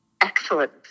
Excellent